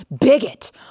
bigot